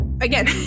Again